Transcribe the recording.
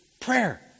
prayer